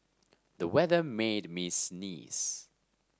the weather made me sneeze